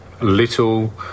little